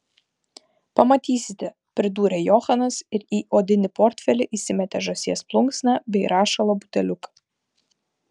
pamatysite pridūrė johanas ir į odinį portfelį įsimetė žąsies plunksną bei rašalo buteliuką